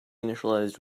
initialized